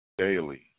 Daily